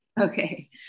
Okay